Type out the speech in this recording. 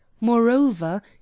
Moreover